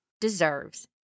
deserves